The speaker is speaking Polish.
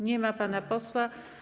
Nie ma pana posła.